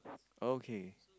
okay